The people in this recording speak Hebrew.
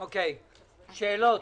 שאלות?